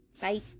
Bye